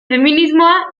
feminismoa